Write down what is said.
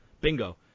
bingo